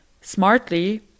smartly